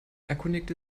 erkundigte